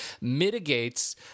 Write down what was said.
mitigates